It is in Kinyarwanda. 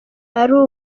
ari